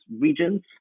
regions